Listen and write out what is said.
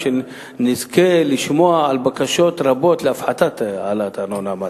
שנזכה לשמוע על בקשות רבות להפחתת העלאת הארנונה.